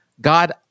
God